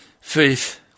faith